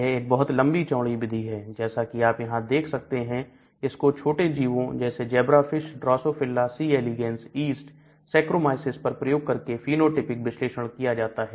यह एक बहुत लंबी चौड़ी विधि है जैसा कि आप यहां देख सकते हैं इसको छोटे जीवो जैसे zebrafish drosophila sea aligance yeast sachhromyces पर प्रयोग करके Phenotypic विश्लेषण किया जाता है